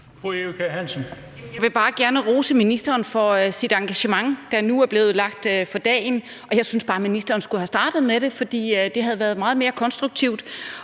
Jeg vil bare gerne rose ministeren for det engagement, der nu er lagt for dagen. Jeg synes bare, at ministeren skulle have startet med det, for det havde været meget mere konstruktivt.